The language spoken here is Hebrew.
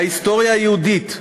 להיסטוריה היהודית,